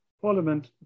Parliament